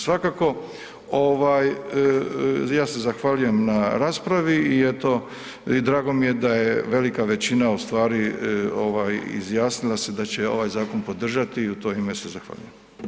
Svakako ovaj, ja se zahvaljujem na raspravi i eto, drago mi je da je velika većina ustvari izjasnila se da će ovaj zakon podržati i u to ime se zahvaljujem.